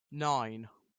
nine